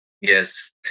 yes